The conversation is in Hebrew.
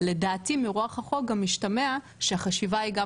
לדעתי מרוח החוק גם משתמע שהחשיבה היא גם